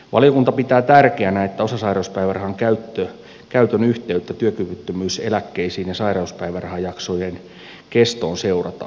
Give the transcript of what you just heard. valiokunta pitää tärkeänä että osasairauspäivärahan käytön yhteyttä työkyvyttömyyseläkkeisiin ja sairauspäivärahajaksojen kestoon seurataan